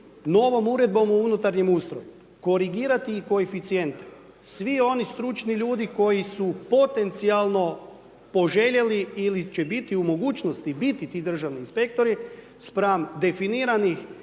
novom uredbom o unutarnjem ustroju korigirati i koeficijente svi oni stručni ljudi koji su potencijalno poželjeli ili će biti u mogućnosti biti ti državni inspektori spram definiranih